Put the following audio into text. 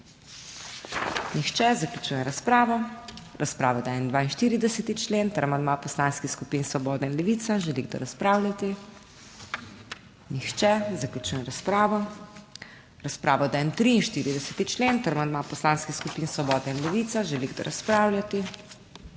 Nihče. Zaključujem razpravo. V razpravo dajem 48. člen ter amandma poslanskih skupin Svoboda in Levica. Želi kdo razpravljati? Nihče. Zaključujem razpravo. V razpravo dajem 51. člen ter amandma poslanskih skupin Svoboda in Levica. Želi kdo razpravljati?